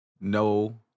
no